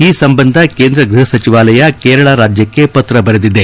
ಈ ಸಂಬಂಧ ಕೇಂದ್ರ ಗ್ಲಹ ಸಚಿವಾಲಯ ಕೇರಳ ರಾಜ್ಲಕ್ಷೆ ಪತ್ರ ಬರೆದಿದೆ